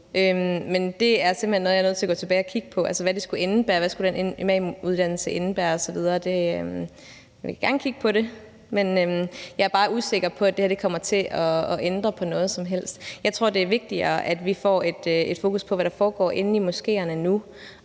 hen noget, jeg er nødt til at gå tilbage og kigge på, altså hvad den imamuddannelse skulle indebære osv. Jeg vil gerne kigge på det, men jeg er bare ikke sikker på, at det her kommer til at ændre på noget som helst. Jeg tror, det er vigtigere, at vi får et fokus på, hvad det er, der foregår inde i moskéerne nu,